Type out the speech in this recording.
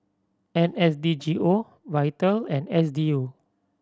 N S D G O Vital and S D U